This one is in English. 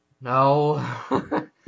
no